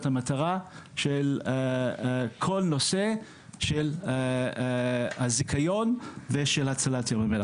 המטרה של כל הנושא של הזיכיון ושל הצלת ים המלח,